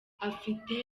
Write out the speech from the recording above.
afite